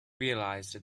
realized